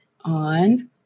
On